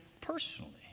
personally